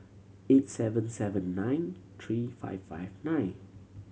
eight seven seven nine three five five nine